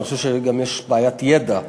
אני חושב שגם יש בעיית ידע,